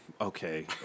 Okay